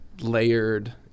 layered